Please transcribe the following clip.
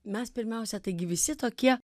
mes pirmiausia taigi visi tokie